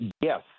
yes